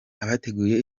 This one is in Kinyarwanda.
abateguye